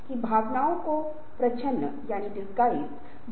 यह निराकरण और संयोजन असमानता की स्थिति है